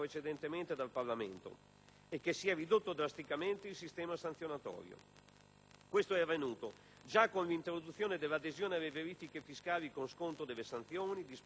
e che si è ridotto drasticamente il sistema sanzionatorio. Questo è avvenuto già con l'introduzione dell'adesione alle verifiche fiscali con sconto delle sanzioni, disposte dal decreto n.